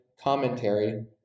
commentary